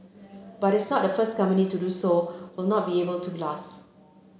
but it is not the first company to do so will not be able to last